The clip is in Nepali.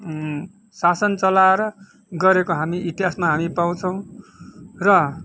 शासन चलाएर गरेको हामी इतिहासमा हामी पाउँछौँ र